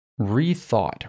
rethought